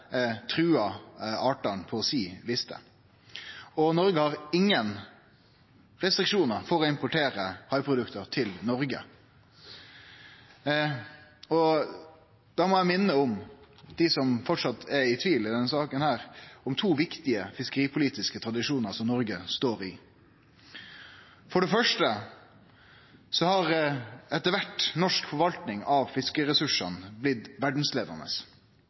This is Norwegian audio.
trua artane på lista si, og Noreg har ingen restriksjonar på å importere haiprodukt til Noreg. Da må eg minne dei som framleis er i tvil i denne saka, om to viktige fiskeripolitiske tradisjonar som Noreg står i. For det første har etter kvart norsk forvaltning av fiskeressursane blitt